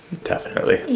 definitely. yeah.